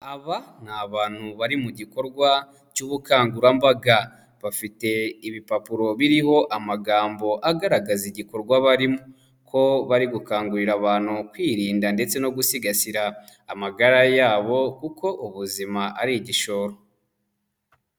Aba ni abantu bari mu gikorwa cy'ubukangurambaga. Bafite ibipapuro biriho amagambo agaragaza igikorwa barimo. Ko bari gukangurira abantu kwirinda ndetse no gusigasira amagara yabo kuko ubuzima ari igishoro.